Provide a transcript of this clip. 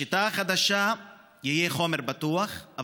בשיטה החדשה יהיה חומר פתוח,